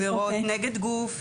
נכון.